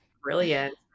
brilliant